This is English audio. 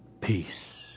peace